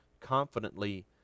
confidently